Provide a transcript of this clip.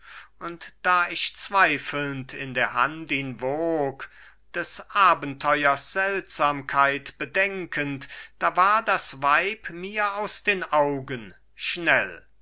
und da ich zweifelnd in der hand ihn wog des abenteuers seltsamkeit bedenkend da war das weib mir aus den augen schnell